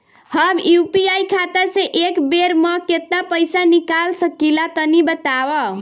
हम यू.पी.आई खाता से एक बेर म केतना पइसा निकाल सकिला तनि बतावा?